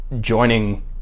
joining